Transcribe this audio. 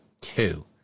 two